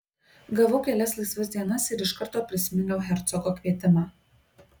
gavau kelias laisvas dienas ir iš karto prisiminiau hercogo kvietimą